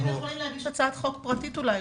אתם יכולים להגיש הצעת חוק פרטית אולי.